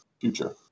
future